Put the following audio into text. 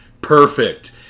perfect